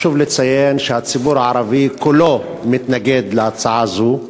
חשוב לציין שהציבור הערבי כולו מתנגד להצעה הזו,